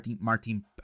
Martin